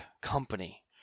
company